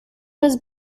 was